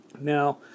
Now